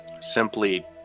simply